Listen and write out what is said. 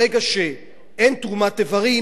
ברגע שאין תרומת איברים,